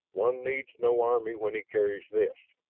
one needs no army when he carries this.